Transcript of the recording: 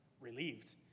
relieved